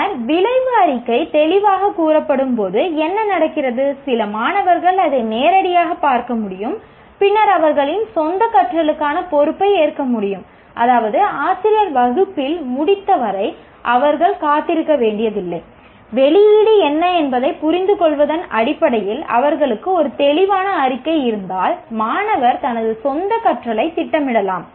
பின்னர் விளைவு அறிக்கை தெளிவாகக் கூறப்படும்போது என்ன நடக்கிறது சில மாணவர்கள் அதை நேரடியாகப் பார்க்க முடியும் பின்னர் அவர்களின் சொந்த கற்றலுக்கான பொறுப்பை ஏற்க முடியும் அதாவது ஆசிரியர் வகுப்பில் முடித்த வரை அவர்கள் காத்திருக்க வேண்டியதில்லை வெளியீடு என்ன என்பதைப் புரிந்துகொள்வதன் அடிப்படையில் அவர்களுக்கு ஒரு தெளிவான அறிக்கை இருந்தால் மாணவர் தனது சொந்த கற்றலைத் திட்டமிடலாம்